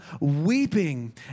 weeping